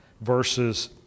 versus